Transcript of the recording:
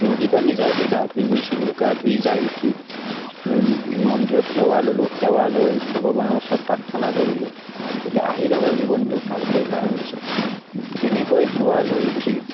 নদীত আমি যাওঁতে গা ধুই গৈছিলোঁ গা ধুই যাই উঠি মন্দিৰত সেৱা ল'লোঁ সেৱা লৈ ভগৱানৰ ওচৰত প্ৰাৰ্থনা কৰিলোঁ এতিয়া আহি থকা জীৱনটো ভালকৈ পাৰ হৈ যায় এনেকৈ সেৱা লৈ উঠি